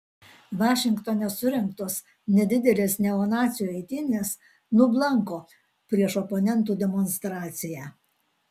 vašingtone surengtos nedidelės neonacių eitynės nublanko prieš oponentų demonstraciją